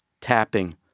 Tapping